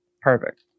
Perfect